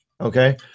okay